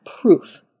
proof